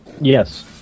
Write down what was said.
Yes